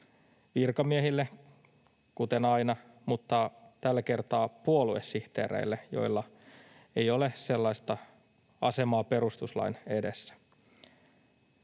virkamiehille, kuten aina, ja tällä kertaa myös puoluesihteereille, joilla ei ole sellaista asemaa perustuslain edessä.